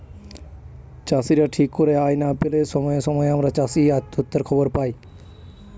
চাষীরা ঠিক করে আয় না পেলে সময়ে সময়ে আমরা চাষী আত্মহত্যার খবর পায়